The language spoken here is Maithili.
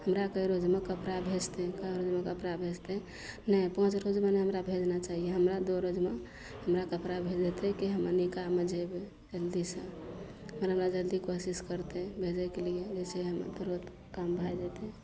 हमरा के रोजमे कपड़ा भेजतय कए रोजमे कपड़ा भेजतय नहि पाँच रोजमे ने हमरा भेजना चाहिए हमरा दो रोज मऽ हमरा कपड़ा भेजेतै कि हमे निकाहमे जेबय जल्दीसँ फेर हमरा जल्दी कोशिश करतय भेजयके लिये जइसे हम तुरत काम भए जेतय